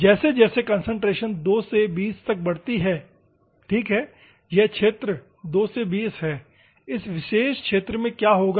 जैसे जैसे कंसंट्रेशन 2 से 20 तक बढ़ती है ठीक है यह क्षेत्र 2 से 20 है इस विशेष क्षेत्र में क्या होगा